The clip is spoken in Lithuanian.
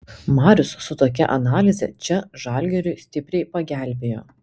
marius su tokia analize čia žalgiriui stipriai pagelbėjo